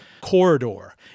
corridor